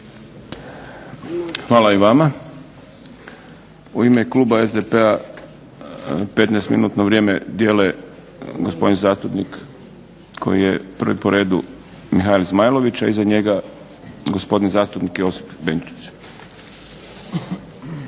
Hvala i vama. U ime kluba SDP-a 15-minutno vrijeme dijele gospodin zastupnik koji je prvi po redu Mihael Zmajlović, a iza njega gospodin zastupnik Josip Benčić.